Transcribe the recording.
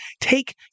take